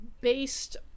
based